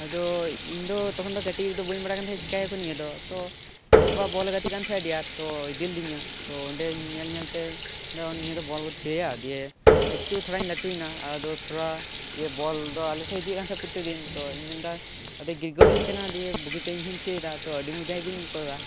ᱟᱫᱚ ᱤᱧ ᱫᱚ ᱛᱚᱠᱷᱚᱱ ᱫᱚ ᱠᱟᱹᱴᱤᱡ ᱨᱮᱫᱚ ᱵᱟᱹᱧ ᱵᱟᱲᱟᱭ ᱠᱟᱱ ᱛᱟᱦᱮᱸ ᱪᱤᱠᱟᱹᱭ ᱟᱠᱚ ᱱᱤᱭᱟᱹ ᱫᱚ ᱛᱚ ᱤᱧ ᱵᱟᱵᱟ ᱵᱚᱞᱮ ᱜᱟᱛᱮᱜ ᱠᱟᱱ ᱛᱟᱦᱮᱸᱫᱼᱟ ᱟᱹᱰᱤ ᱟᱸᱴ ᱛᱚ ᱤᱫᱤ ᱞᱤᱫᱤᱧᱟᱭ ᱛᱚ ᱚᱸᱰᱮ ᱧᱮᱞ ᱧᱮᱞ ᱛᱮ ᱛᱚ ᱱᱤᱭᱟᱹ ᱫᱚ ᱵᱚᱞ ᱠᱚ ᱛᱷᱤᱭᱟᱹᱭᱟ ᱫᱤᱭᱮ ᱮᱠᱴᱩ ᱛᱷᱚᱲᱟᱧ ᱞᱟᱴᱩᱭᱮᱱᱟ ᱟᱫᱚ ᱛᱷᱚᱲᱟ ᱫᱤᱭᱮᱹ ᱵᱚᱞ ᱫᱚ ᱟᱞᱮ ᱴᱷᱮᱱ ᱮ ᱤᱫᱤᱭᱮᱫ ᱠᱟᱱ ᱛᱟᱦᱮᱸ ᱯᱨᱚᱛᱛᱮᱠ ᱫᱤᱱ ᱛᱚ ᱤᱧ ᱢᱮᱱ ᱮᱫᱟ ᱟᱫᱚᱭ ᱜᱚᱲᱜᱷᱟᱹᱣᱟᱹᱧ ᱠᱟᱱᱟ ᱫᱤᱭᱮ ᱵᱩᱜᱤᱛᱮ ᱤᱧ ᱦᱚᱸᱧ ᱛᱷᱤᱭᱟᱹᱭ ᱮᱫᱟ ᱛᱚ ᱟᱹᱰᱤ ᱢᱚᱡᱟ ᱜᱮᱧ ᱟᱹᱭᱠᱟᱹᱣ ᱮᱫᱟ